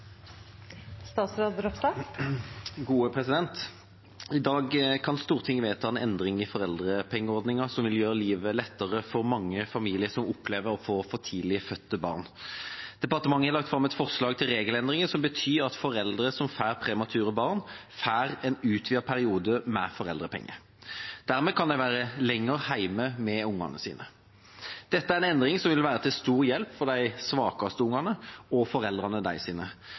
I dag kan Stortinget vedta en endring i foreldrepengeordningen som vil gjøre livet lettere for mange familier som opplever å få for tidlig fødte barn. Departementet har lagt fram et forslag til regelendringer som betyr at foreldre som får premature barn, får en utvidet periode med foreldrepenger. Dermed kan de være lenger hjemme med barna sine. Dette er en endring som vil være til stor hjelp for de svakeste barna og